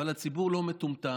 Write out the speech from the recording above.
אבל הציבור לא מטומטם,